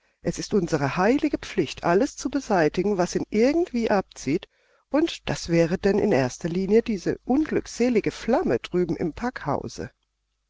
es ist unsere heilige pflicht alles zu beseitigen was ihn irgendwie abzieht und das wäre denn in erster linie diese unglückselige flamme drüben im packhause